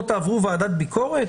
לא תעברו ועדת ביקורת?